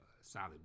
solid